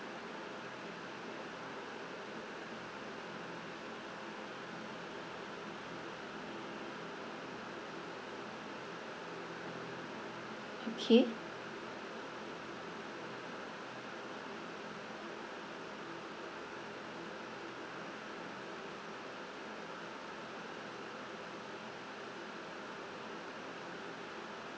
okay